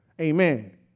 Amen